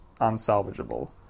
unsalvageable